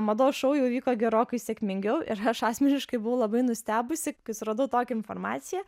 mados šou jau įvyko gerokai sėkmingiau ir aš asmeniškai buvau labai nustebusi kai suradau tokią informaciją